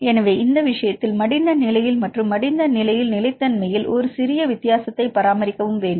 எனவே இந்த விஷயத்தில் மடிந்த நிலையில் மற்றும் மடிந்த நிலையில் நிலைத்தன்மையில் ஒரு சிறிய வித்தியாசத்தை பராமரிக்கவும் வேண்டும்